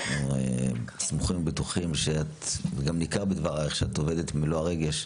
אנחנו סמוכים ובטוחים וגם ניכר בדבריך שאת עובדת במלוא הרגש,